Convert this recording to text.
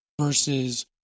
versus